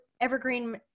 evergreen